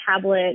tablet